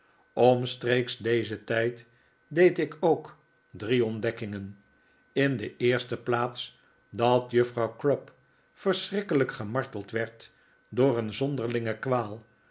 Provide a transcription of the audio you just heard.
oinstreeks dezen tijd deed ik ook drie ontdekkingen in de eerste plaats dat juffrouw crupp verschrikkelijk gemarteld werd door een zonderlinge kwaal